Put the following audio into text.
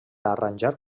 arranjar